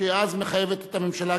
שאז היא מחייבת את הממשלה,